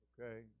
Okay